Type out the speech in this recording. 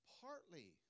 partly